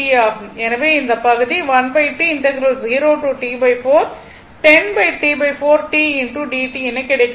எனவே இந்த பகுதிஎனக் கிடைக்கிறது